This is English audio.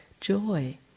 joy